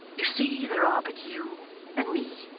you see there are but you and me